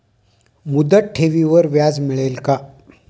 मुदत ठेवीवर व्याज मिळेल का?